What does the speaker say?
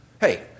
Hey